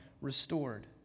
restored